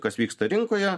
kas vyksta rinkoje